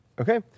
okay